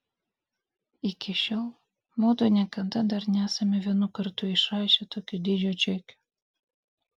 iki šiol mudu niekada dar nesame vienu kartu išrašę tokio dydžio čekio